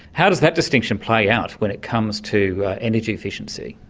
how does that distinction play out when it comes to energy efficiency?